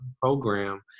program